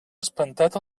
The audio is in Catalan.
espantat